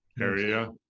area